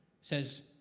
says